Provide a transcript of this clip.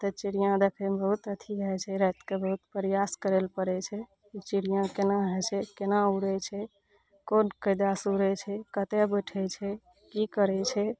तऽ चिड़ियाँ देखैमे बहुत अथी भए जाइ छै रातिके बहुत प्रयास करै लए पड़ै छै ई चिड़ियाँ केना होइ छै केना उड़ै छै कोन कैदा सऽ उड़ै छै कतए बैठै छै की करै छै